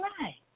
right